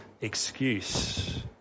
excuse